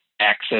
access